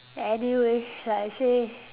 anyway like I say